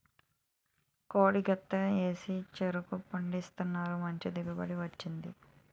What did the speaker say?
కోడి గెత్తెం ఏసి చెరుకు పండించినాను మంచి దిగుబడి వచ్చింది